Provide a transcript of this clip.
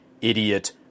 idiot